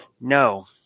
no